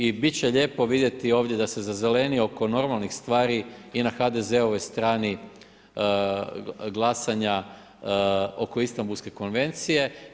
I bit će lijepo vidjeti ovdje da se zeleni oko normalnih stvari i na HDZ-ovoj strani glasanja oko Istambulske konvencije.